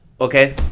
okay